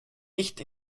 nicht